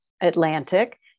Atlantic